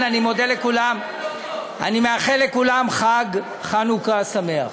אני מודה לכולם, ואני מאחל חג חנוכה שמח.